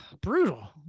Brutal